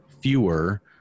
fewer